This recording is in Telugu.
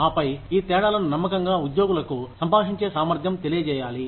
ఆపై ఈ తేడాలను నమ్మకంగా ఉద్యోగులకు సంభాషించే సామర్థ్యం తెలియజేయాలి